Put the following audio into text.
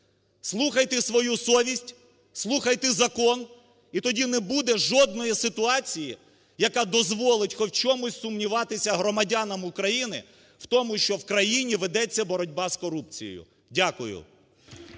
слухайте свою совість, слухайте закон і тоді не буде жодної ситуації, яка дозволить хоч в чомусь сумніватися громадянам України в тому, що в країні ведеться боротьба з корупцією. Дякую.